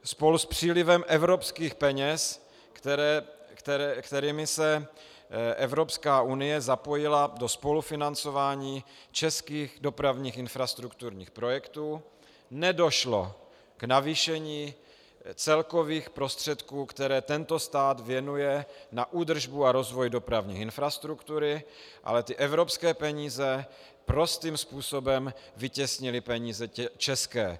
Spolu s přílivem evropských peněz, kterými se Evropská unie zapojila do spolufinancování českých dopravních infrastrukturních projektů, nedošlo k navýšení celkových prostředků, které tento stát věnuje na údržbu a rozvoj dopravní infrastruktury, ale evropské peníze prostým způsobem vytěsnily peníze české.